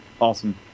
awesome